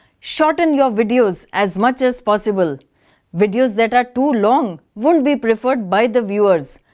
shorten your videos as much as possible videos that are too long won't be preferred by the viewers.